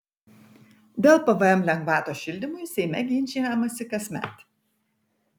dėl pvm lengvatos šildymui seime ginčijamasi kasmet